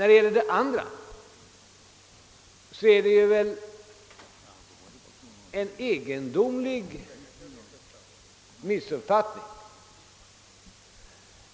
Vad herr Nilsson i Agnäs i övrigt sade måste bero på en egendomlig missuppfattning.